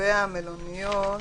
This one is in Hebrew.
לגבי המלוניות,